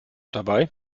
dabei